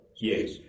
Yes